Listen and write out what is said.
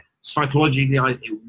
Psychologically